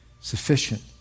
sufficient